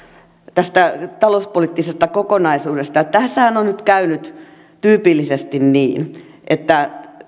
tästä talouspoliittisesta kokonaisuudesta että tässähän on nyt käynyt tyypillisesti niin että